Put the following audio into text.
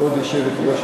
כבוד היושבת-ראש,